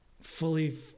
fully